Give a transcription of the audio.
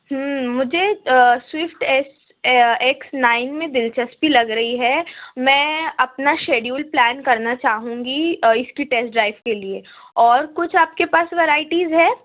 مجھے Swift S X nine میں دلچسپی لگ رہی ہے میں اپنا شیڈیول پلان کرنا چاہوں گی اِس کی ٹیسٹ ڈرائیو کے لیے اور کچھ آپ کے پاس ورائٹیز ہے